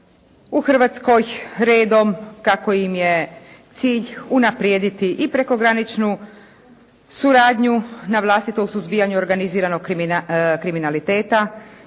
u Hrvatskoj redom kako im je cilj unaprijediti i prekograničnu suradnju navlastito u suzbijanju organiziranog kriminaliteta,